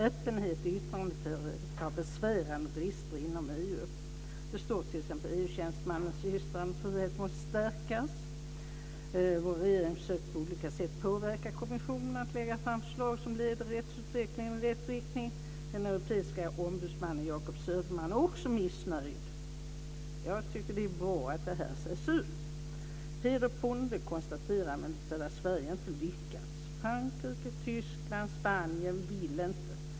Öppenheten och yttrandefriheten har besvärande brister inom EU. I svaret står det bl.a., att EU tjänstemännens yttrandefrihet måste stärkas, att regeringen på olika sätt försöker påverka kommissionen att lägga fram förslag som leder rättsutvecklingen i rätt riktning och att den europeiske ombudsmannen Jacob Söderman också är missnöjd. Jag tycker att det är bra att detta sägs ut. Peder Bonde konstaterar att Sverige inte har lyckats. Frankrike, Tyskland och Spanien vill inte.